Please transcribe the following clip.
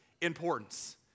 importance